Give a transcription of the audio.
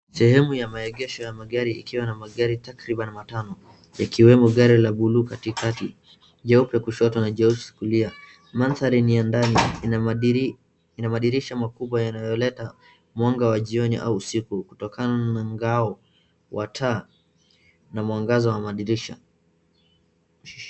Sehemu ya maegesho ya magari ikiwa na magari takribani matano ikiwemo gari la buluu katikati, jeupe kushoto na jeusi kulia. Mandhari ni ya ndani, ina madirisha makubwa yanayoleta mwanga wa jioni au usiku kutokana na ngao wa taa na mwangaza wa madirisha.